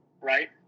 right